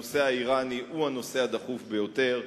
הנושא האירני הוא הנושא הדחוף ביותר,